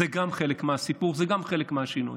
זה גם חלק מהסיפור, זה גם חלק מהשינוי.